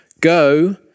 go